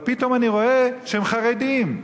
אבל פתאום אני רואה שהם חרדים.